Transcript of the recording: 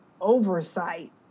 oversight